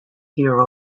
dear